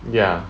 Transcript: ya